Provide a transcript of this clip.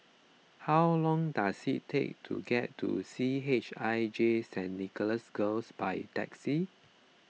how long does it take to get to C H I J Saint Nicholas Girls by taxi